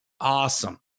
awesome